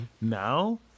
now